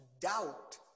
doubt